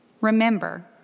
Remember